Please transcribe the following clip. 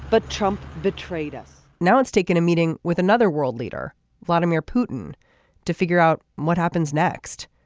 but trump betrayed us now it's taken a meeting with another world leader vladimir putin to figure out what happens next.